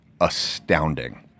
astounding